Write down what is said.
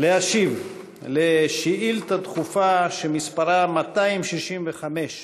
להשיב על שאילתה דחופה שמספרה 265